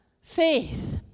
faith